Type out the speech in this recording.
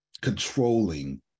controlling